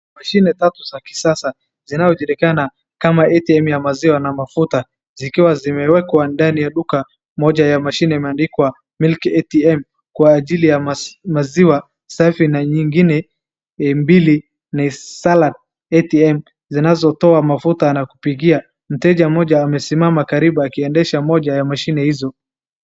Mashine tatu za kisasa zinazojulikana kama ATM ya maziwa na mafuta zikiwa zimewekwa ndani ya duka, moja ya mashine imeandikwa milk ATM kwa ajili ya maziwa safi na nyingine mbili ni salaad ATM , zinazotoa mafuta ya kupikia, mteja mmoja amesimama karibu akiendesha moja ya mashine hizo.